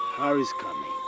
harry's coming.